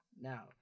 Now